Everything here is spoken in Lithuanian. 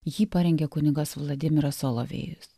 jį parengė kunigas vladimiras solovejus